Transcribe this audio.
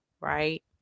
right